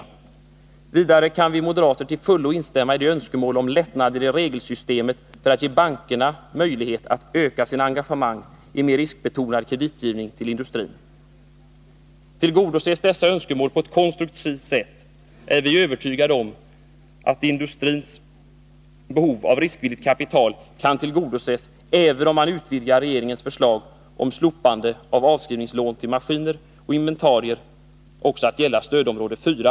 N Vidare kan vi moderater till fullo instämma i önskemålen om lättnader i regelsystemet för att ge bankerna möjlighet att öka sina engagemang i fråga om mer riskbetonad kreditgivning till industrin. Tillgodoses dessa önskemål på ett konstruktivt sätt är vi övertygade om att industrins behov av riskvilligt kapital kan tillgodoses även om man utvidgar regeringens förslag om slopande av avskrivningslån för maskiner och inventarier till att också gälla stödområde 4.